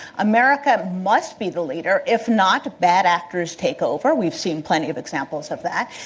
america must be the leader. if not, bad actors take over. we've seen plenty of examples of that.